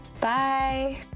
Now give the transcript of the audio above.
Bye